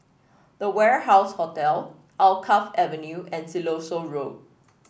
The Warehouse Hotel Alkaff Avenue and Siloso Road